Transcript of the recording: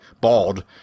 bald